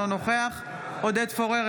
אינו נוכח עודד פורר,